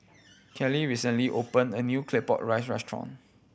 Keli recently opened a new Claypot Rice restaurant